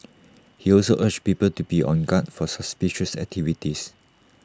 he also urged people to be on guard for suspicious activities